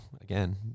again